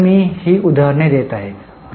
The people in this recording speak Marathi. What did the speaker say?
तर मी ही उदाहरणे देत आहे